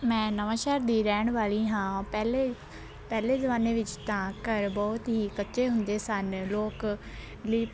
ਮੈਂ ਨਵਾਂਸ਼ਹਿਰ ਦੀ ਰਹਿਣ ਵਾਲੀ ਹਾਂ ਪਹਿਲੇ ਪਹਿਲੇ ਜ਼ਮਾਨੇ ਵਿੱਚ ਤਾਂ ਘਰ ਬਹੁਤ ਹੀ ਕੱਚੇ ਹੁੰਦੇ ਸਨ ਲੋਕ ਲੀ